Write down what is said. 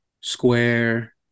Square